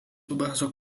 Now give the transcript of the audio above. obrázok